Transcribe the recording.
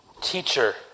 teacher